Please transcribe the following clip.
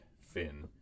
fin